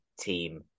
team